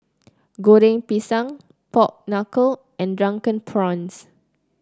Goreng Pisang Pork Knuckle and Drunken Prawns